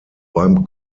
beim